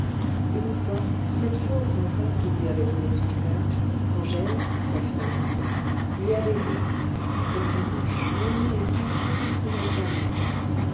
une fois cette pauvre enfant qui lui avait donné son coeur angèle sa fiancée lui avait dit dans ta bouche mon nom est doux comme une promesse d'amour